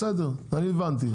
בסדר אני הבנתי.